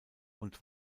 und